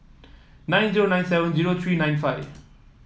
nine zero nine seven zero three nine five